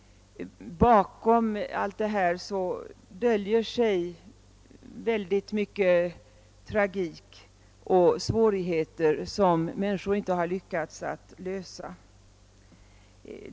Bakom allt detta döljer sig mycken tragik och svårigheter som människor inte har lyckats att klara av.